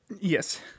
Yes